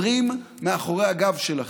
אומרים מאחורי הגב שלכם: